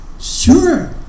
Sure